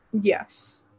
Yes